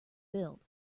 build